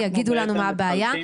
יגידו לנו מה הבעיה.